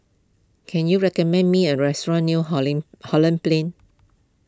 can you recommend me a restaurant near Holing Holland Plain